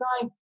time